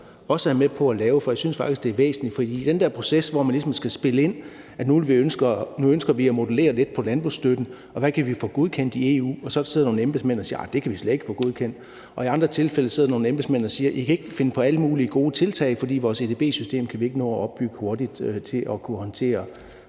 også er med på at lave, for jeg synes faktisk, det er væsentligt. For i den der proces, hvor man ligesom skal spille ind og sige, at nu ønsker vi at modellere lidt på landbrugsstøtten og se, hvad kan vi få godkendt i EU, så sidder der nogle embedsmænd og siger, at det kan vi slet ikke få godkendt. I andre tilfælde sidder der nogle embedsmænd og siger: I kan ikke finde på alle mulige gode tiltag, for vi kan ikke nå at opbygge vores edb-system hurtigt nok til at kunne håndtere